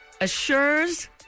Assure's